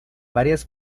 varias